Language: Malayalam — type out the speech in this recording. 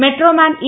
metro man E